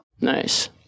nice